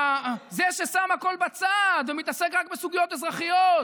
זה ששם הכול בצד ומתעסק רק בסוגיות אזרחיות